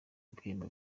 ibihembo